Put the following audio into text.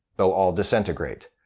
they'll all disintegrate.